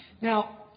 Now